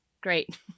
Great